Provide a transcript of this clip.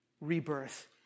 rebirth